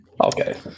okay